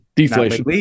deflation